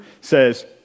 says